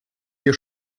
hier